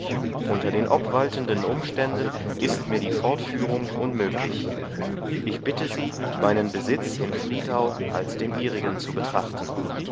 unter den obwaltenden umständen ist mir die fortführung unmöglich ich bitte sie meinen besitz in friedau als den ihrigen zu betrachten